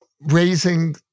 raising